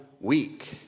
week